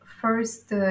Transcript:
first